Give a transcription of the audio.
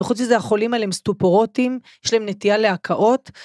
וחוץ לזה החולים האלה הם סטופורוטים, יש להם נטייה להקאות.